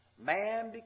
Man